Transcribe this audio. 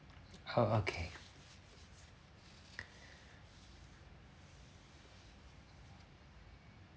oh okay